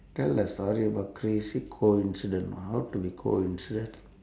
tell a story about crazy coincident how to be coincident